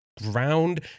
ground